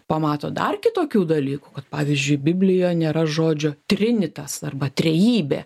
pamato dar kitokių dalykų kad pavyzdžiui biblijoj nėra žodžio trinitas arba trejybė